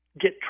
get